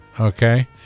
okay